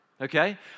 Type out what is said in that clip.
Okay